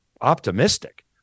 optimistic